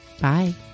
Bye